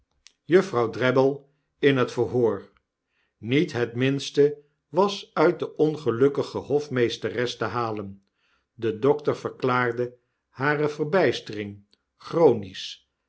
juffrouw drabble in hetverhoor niet het minste was uit de ongelukkige hofmeesteres te halen de dokter verklaarde hare verbystering